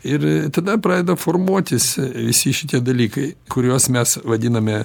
ir tada pradeda formuotis visi šitie dalykai kuriuos mes vadiname